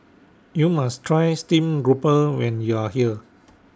YOU must Try Stream Grouper when YOU Are here